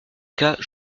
cas